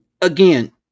again